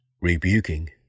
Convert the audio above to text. rebuking